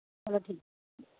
चलो ठीक